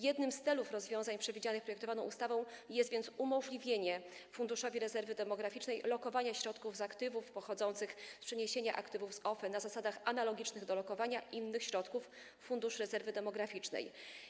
Jednym z celów rozwiązań przewidzianych w projektowanej ustawie jest więc umożliwienie Funduszowi Rezerwy Demograficznej lokowania środków z aktywów pochodzących z przeniesienia aktywów z OFE na zasadach analogicznych do zasad lokowania innych środków z Funduszu Rezerwy Demograficznej.